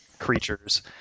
creatures